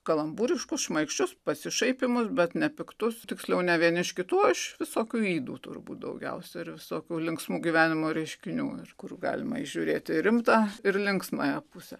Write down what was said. kalambūriškus šmaikščius pasišaipymus bet nepiktus tiksliau ne vieni iš kitųo iš visokių ydų turbūt daugiausia ir visokių linksmų gyvenimo reiškinių ir kur galima įžiūrėti rimtą ir linksmąją pusę